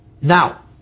Now